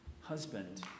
husband